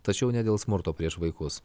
tačiau ne dėl smurto prieš vaikus